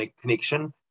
connection